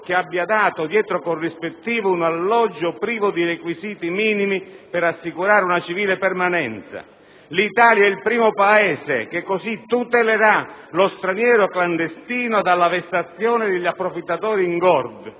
che abbia dato, dietro corrispettivo, un alloggio privo di requisiti minimi per assicurare una civile permanenza. L'Italia è il primo Paese che così tutelerà lo straniero clandestino dalla vessazione degli approfittatori ingordi